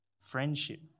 friendship